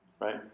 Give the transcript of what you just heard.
Right